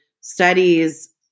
studies